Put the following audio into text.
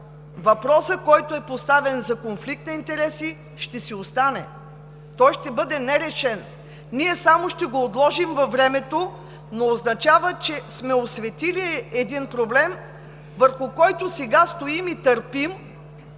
с поставения въпрос за конфликт на интереси ще си остане, той ще бъде нерешен. Ние само ще го отложим във времето, но означава, че сме осветили един проблем, върху който сега стоим, търпим